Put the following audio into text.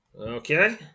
Okay